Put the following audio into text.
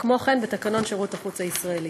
וכמו כן, בתקנון שירות החוץ הישראלי.